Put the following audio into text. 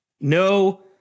no